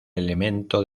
elemento